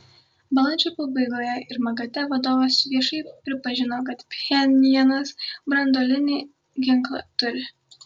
balandžio pabaigoje ir magate vadovas viešai pripažino kad pchenjanas branduolinį ginklą turi